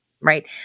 right